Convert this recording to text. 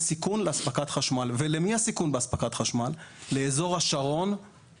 סיכון לאספקת חשמל והסיכון באספקת חשמל הוא לאזור השרון,